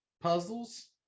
puzzles